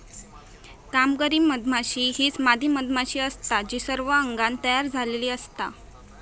कामकरी मधमाशी हीच मादी मधमाशी असता जी सर्व अंगान तयार झालेली असता